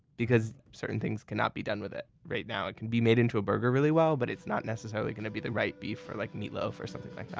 because certain things cannot be done with it right now. it can be made into a burger really well, but it's not necessarily going to be the right beef for like meatloaf or something like yeah